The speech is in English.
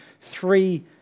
three